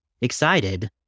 excited